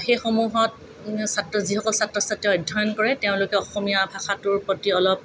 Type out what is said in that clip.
সেইসমূহত যিসকল ছাত্ৰ ছাত্ৰীয়ে অধ্যয়ন কৰে তেওঁলোকে অসমীয়া ভাষাটোৰ প্ৰতি অলপ